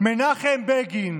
מנחם בגין,